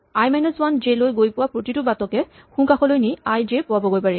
আই one J লৈ গৈ পোৱা প্ৰতিটো বাটকে সোঁকাষলৈ নি আই জে পোৱাবগৈ পাৰি